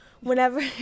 whenever